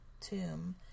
tomb